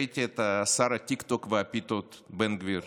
ראיתי את שר הטיקטוק והפיתות בן גביר